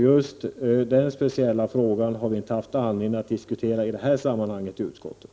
Just den speciella frågan har vi inte haft anledning att diskutera i det här sammanhanget i utskottet.